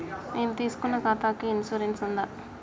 నేను తీసుకున్న ఖాతాకి ఇన్సూరెన్స్ ఉందా?